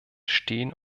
stehen